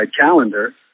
calendar